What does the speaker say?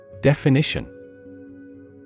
Definition